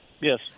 Yes